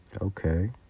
Okay